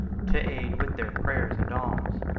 to aid, with their prayers and alms,